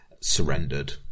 surrendered